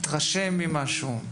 התרשם ממשהו?